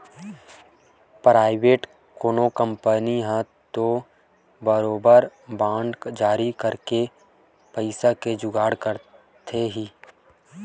private कोनो company ह तो बरोबर बांड जारी करके पइसा के जुगाड़ करथे ही